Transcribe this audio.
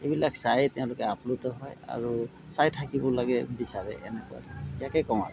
এইবিলাক চায়েই তেওঁলোকে আপ্লুত হয় আৰু চাই থাকিব লাগে বিচাৰে এনেকুৱা ইয়াকেই কওঁ আৰু